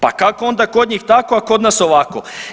Pa kako onda kod njih tako, a kod nas ovako.